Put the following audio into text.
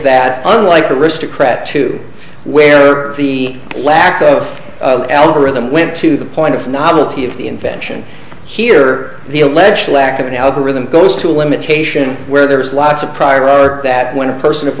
that unlike aristocrat two where the lack of algorithm went to the point of novelty of the invention here the alleged lack of an algorithm goes to a limitation where there is lots of prior art that when a person